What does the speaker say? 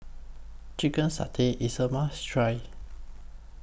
Chicken Satay IS A must Try